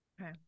Okay